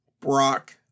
Brock